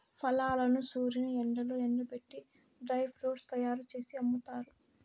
ఫలాలను సూర్యుని ఎండలో ఎండబెట్టి డ్రై ఫ్రూట్స్ తయ్యారు జేసి అమ్ముతారు